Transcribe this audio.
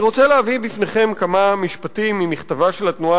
אני רוצה להביא בפניכם כמה משפטים ממכתבה של התנועה